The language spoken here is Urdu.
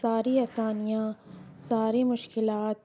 ساری آسانیاں ساری مشکلات